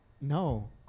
No